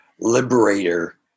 liberator